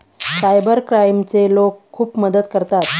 cyber क्राईमचे लोक खूप मदत करतात